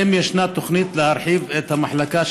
2. האם ישנה תוכנית להרחיב את המחלקה,